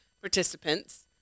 participants